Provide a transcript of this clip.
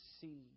see